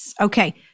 Okay